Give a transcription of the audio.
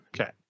Okay